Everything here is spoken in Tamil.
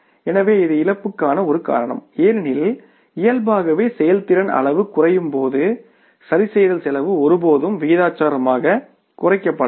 எனவே இது இழப்புக்கான ஒரு காரணம் ஏனெனில் இயல்பாகவே செயல்திறன் அளவு குறையும் போது சரிசெய்தல் செலவு ஒருபோதும் விகிதாசாரமாகக் குறைக்கப்படாது